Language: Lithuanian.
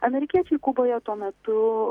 amerikiečiai kuboje tuo metu